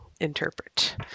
interpret